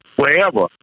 wherever